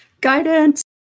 Guidance